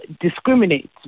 discriminate